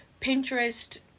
Pinterest